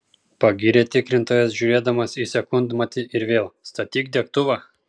pagyrė tikrintojas žiūrėdamas į sekundmatį ir vėl statyk degtuvą